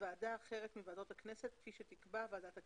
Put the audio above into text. ועדה אחרת מוועדות הכנסת כפי שתקבע ועדת הכנסת".